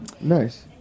nice